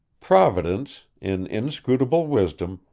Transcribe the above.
providence, in inscrutable wisdom,